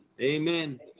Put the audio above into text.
Amen